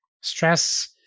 stress